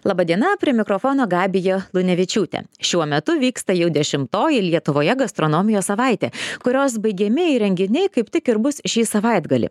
laba diena prie mikrofono gabija lunevičiūtė šiuo metu vyksta jau dešimtoji lietuvoje gastronomijos savaitė kurios baigiamieji renginiai kaip tik ir bus šį savaitgalį